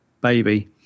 baby